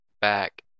back